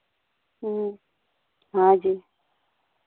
हाँ जी